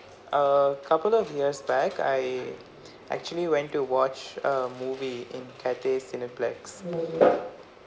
a couple of years back I actually went to watch a movie in cathay cineplex